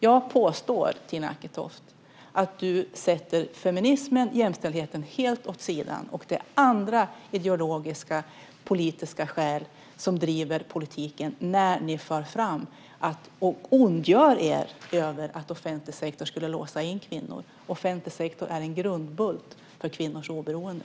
Jag påstår, Tina Acketoft, att du sätter feminismen och jämställdheten helt åt sidan. Det är andra ideologiska och politiska skäl som driver politiken när ni för fram och ondgör er över att offentlig sektor skulle låsa in kvinnor. Offentlig sektor är en grundbult för kvinnors oberoende.